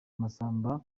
masamba